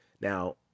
now